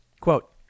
Quote